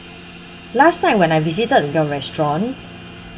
last time when I visited your restaurant